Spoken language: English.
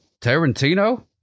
Tarantino